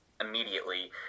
immediately